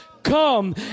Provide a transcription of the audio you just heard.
Come